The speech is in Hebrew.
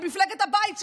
מפלגת הבית שלי,